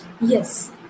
Yes